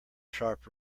sharp